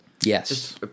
Yes